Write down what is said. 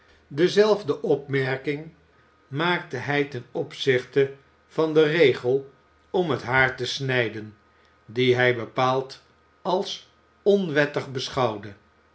dezelfde opmerking maakte hij ten opzichte van den regel om het haar te snijden dien hij bepaald als onwettig beschouwde